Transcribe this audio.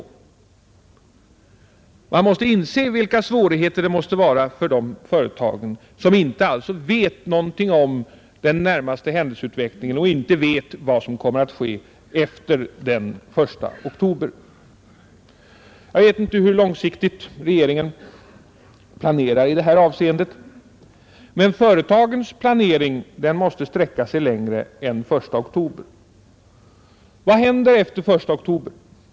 Det är lätt att inse vilka svårigheter som måste uppstå för dessa företag, som inte vet någonting om den närmaste händelseutvecklingen och inte vet vad som kommer att ske efter den 1 oktober. Jag vet inte hur långsiktigt regeringen planerar i det här avseendet, men företagens planering måste sträcka sig längre än till den 1 oktober. Vad händer efter den 1 oktober?